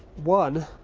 one,